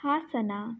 Hassan